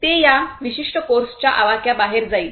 ते या विशिष्ट कोर्सच्या आवाक्याबाहेर जाईल